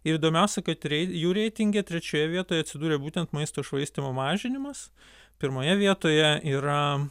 ir įdomiausia kad rei jų reitinge trečioje vietoje atsidūrė būtent maisto švaistymo mažinimas pirmoje vietoje yra